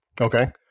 Okay